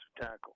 tackle